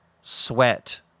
sweat